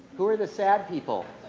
who were the sad people?